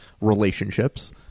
relationships